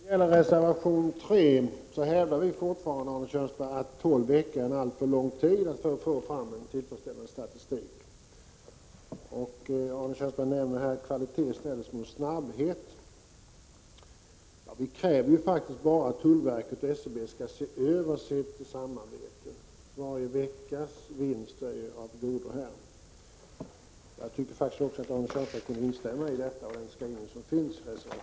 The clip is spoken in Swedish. Fru talman! Vad gäller reservation 3 hävdar vi fortfarande, Arne Kjörnsberg, att tolv veckor är en alldeles för lång tid för framtagande av en tillfredsställande statistik. Arne Kjörnsberg säger att kvalitet här ställs mot snabbhet. Men vi kräver faktiskt bara att tullverket och SCB skall se över sitt samarbete. Varje vecka som man kan vinna är värdefull i detta sammanhang. Jag tycker faktiskt att Arne Kjörnsberg kunde instämma i reservationens skrivning.